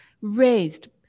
raised